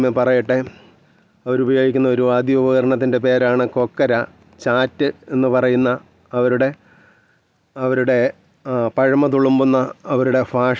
പക്ഷെ അതിനു ശേഷം അവളാണെന്നോടു പറയുന്നത് ആ പിക്ച്ചർ അങ്ങനെ വെറുതെ വരച്ചതല്ല അതിന് കുറച്ച് ഇന്നർ മീനിംഗ്സൊക്കെ നമുക്കത് കാണുമ്പോഴത്തേനും തോന്നാറുണ്ട് എന്നു പറഞ്ഞു